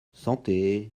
santé